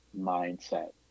mindset